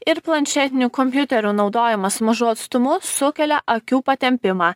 ir planšetinių kompiuterių naudojimas mažu atstumu sukelia akių patempimą